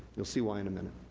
you'll see why in a minute.